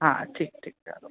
हा ठीकु ठीकु हलो